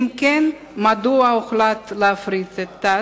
2. אם כן, מדוע הוחלט להפריט את תע"ש?